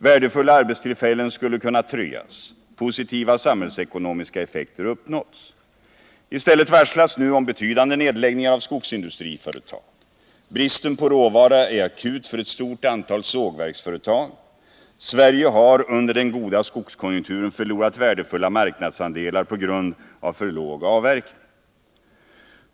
Värdefulla arbetstillfällen skulle ha kunnat tryggas. Positiva samhällsekonomiska effekter skulle ha kunnat uppnås. I stället varslas nu om betydande nedläggningar av skogsindustriföretag. Bristen på råvara är akut för ett stort antal sågverksföretag. Sverige har under den goda skogskonjunkturen förlorat värdefulla marknadsandelar på grund av för låg avverkning.